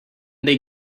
they